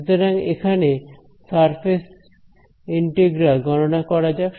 সুতরাং এখানে surface integral গণনা করা যাক